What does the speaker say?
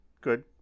good